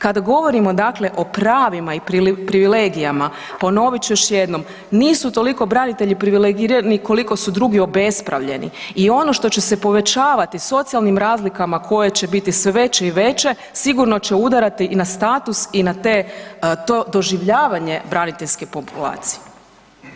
Kada govorimo dakle o pravima i privilegijama, ponovit ću još jednom, nisu toliko branitelji privilegirani koliko su drugi obespravljeni i ono što će se povećavati socijalnim razlikama koje će biti sve veće i veće, sigurno će udarati i na status i na to doživljavanje braniteljske populacije.